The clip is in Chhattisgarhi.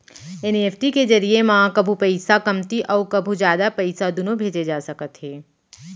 एन.ई.एफ.टी के जरिए म कभू पइसा कमती अउ कभू जादा पइसा दुनों भेजे जा सकते हे